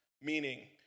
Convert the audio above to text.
Meaning